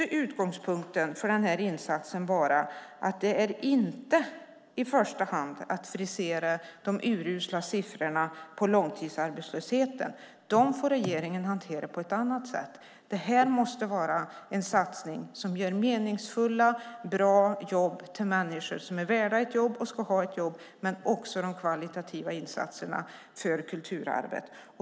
Utgångspunkten för insatsen måste vara att det i första hand inte är fråga om att frisera de urusla siffrorna på långtidsarbetslösheten. De får regeringen hantera på ett annat sätt. Det här måste vara en satsning som innebär meningsfulla, bra jobb till människor som är värda ett jobb och ska ha ett jobb och även kvalitativa insatser för kulturarvet.